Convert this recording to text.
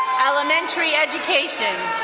elementary education.